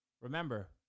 Remember